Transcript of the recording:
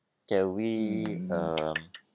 can we um